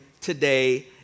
today